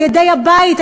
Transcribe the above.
על-ידי הבית,